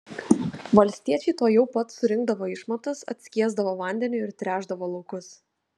valstiečiai tuojau pat surinkdavo išmatas atskiesdavo vandeniu ir tręšdavo laukus